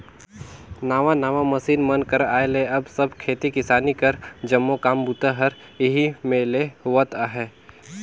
नावा नावा मसीन मन कर आए ले अब सब खेती किसानी कर जम्मो काम बूता हर एही मे ले होवत अहे